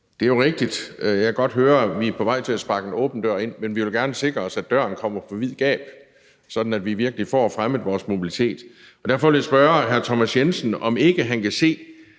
venlige afvisning. Jeg kan godt høre, at vi er på vej til at sparke en åben dør ind, men vi vil gerne sikre os, at døren står på vid gab, så vi virkelig får fremmet vores mobilitet. Derfor vil jeg spørge hr. Thomas Jensen, om han ikke kan se